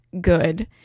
good